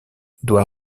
doit